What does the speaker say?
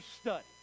study